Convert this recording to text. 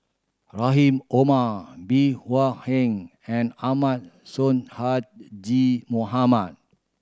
Rahim Omar Bey Hua Heng and Ahmad Sonhadji Mohamad